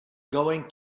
going